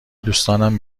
دوستانم